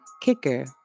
kicker